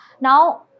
now